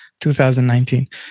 2019